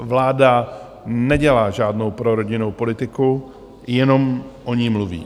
Vláda nedělá žádnou prorodinnou politiku, jenom o ní mluví.